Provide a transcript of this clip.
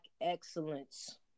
excellence